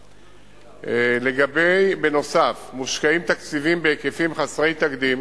2. בנוסף, מושקעים תקציבים בהיקפים חסרי תקדים